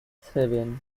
seven